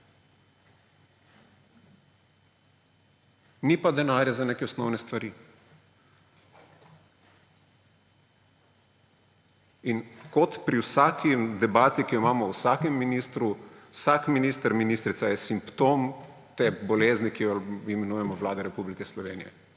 Ni pa denarja za neke osnovne stvari. In kot pri vsaki debati, ki jo imamo o vsakem ministru − vsak minister, ministrica je simptom te bolezni, ki jo imenujemo Vlada Republike Slovenije.